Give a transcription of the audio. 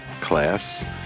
class